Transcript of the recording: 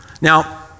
Now